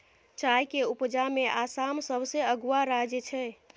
चाय के उपजा में आसाम सबसे अगुआ राज्य छइ